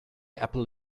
apple